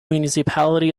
municipality